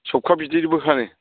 सौखा बिदैबो फानो